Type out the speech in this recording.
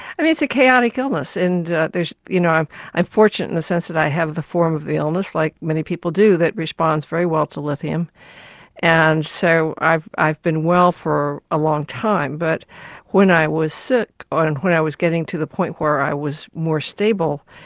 i mean, it's a chaotic illness and you know i'm i'm fortunate in a sense that i have the form of the illness, like many people do, that responds very well to lithium and so i've i've been well for a long time. but when i was sick, or and when i was getting to the point where i was more stable,